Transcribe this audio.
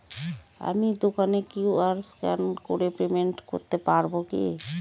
আমি দোকানে QR scan করে পেমেন্ট করতে পারবো কি?